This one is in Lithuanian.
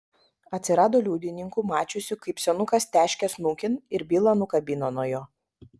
atsirado liudininkų mačiusių kaip senukas teškia snukin ir bylą nukabino nuo jo